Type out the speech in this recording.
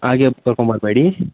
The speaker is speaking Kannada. ಹಾಗೆ ಕರ್ಕೊಂಬರಬೇಡಿ